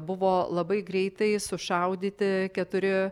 buvo labai greitai sušaudyti keturi